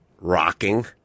rocking